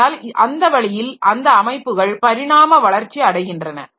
ஆனால் அந்த வழியில் அந்த அமைப்புகள் பரிணாம வளர்ச்சி அடைகின்றன